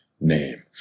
name